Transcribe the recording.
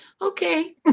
okay